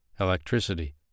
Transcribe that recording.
electricity